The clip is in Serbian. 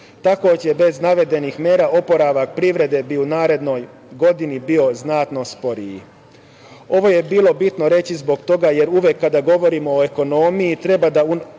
Takođe, bez navedenih mera oporavak privredi bi u narednoj godini bio znatno sporiji. Ovo je bilo bitno reći zbog toga, jer uvek kada govorimo o ekonomiji treba da